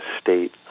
state